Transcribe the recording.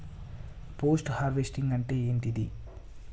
Post harvesting అంటే ఏంటిది?